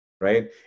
Right